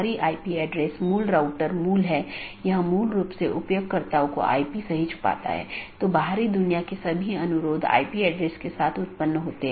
एक अन्य संदेश सूचना है यह संदेश भेजा जाता है जब कोई त्रुटि होती है जिससे त्रुटि का पता लगाया जाता है